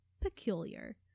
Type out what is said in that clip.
peculiar